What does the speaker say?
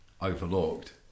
overlooked